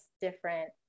different